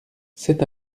sept